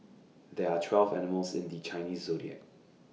there are twelve animals in the Chinese Zodiac